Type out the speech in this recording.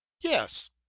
yes